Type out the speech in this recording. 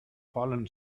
fallen